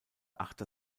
achter